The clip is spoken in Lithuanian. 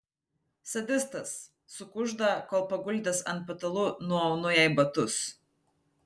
sadistas sukužda kol paguldęs ant patalų nuaunu jai batus